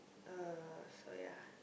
uh so ya